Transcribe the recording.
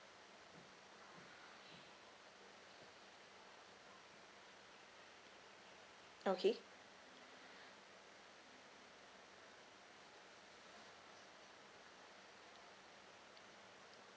okay